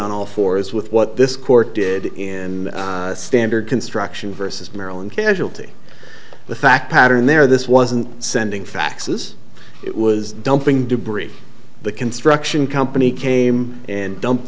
on all fours with what this court did in standard construction versus maryland casualty the fact pattern there this wasn't sending faxes it was dumping debris the construction company came and dumped